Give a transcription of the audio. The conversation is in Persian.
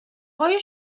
آیا